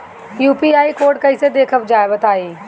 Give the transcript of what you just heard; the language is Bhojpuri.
यू.पी.आई कोड कैसे देखब बताई?